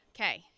Okay